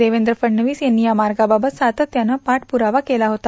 देवेद्र फडणवीस यांनी या मार्गाबाबत सातत्यानं पाठपुरावा केला होता